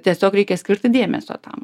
tiesiog reikia skirti dėmesio tam